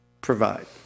provide